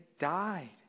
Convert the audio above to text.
died